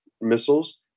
missiles